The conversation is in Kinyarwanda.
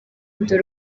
dore